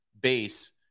base